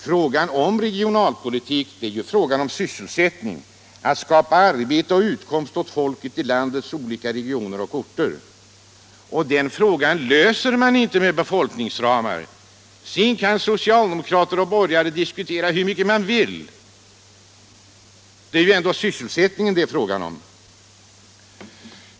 Frågan om regionalpolitiken gäller just sysselsättningen, att skapa arbete och utkomst åt folket i landets olika regioner och orter. Den frågan löser man inte med befolkningsramar. Sedan kan socialdemokrater och borgare diskutera hur mycket de vill. Det är ändå sysselsättningen det är fråga om.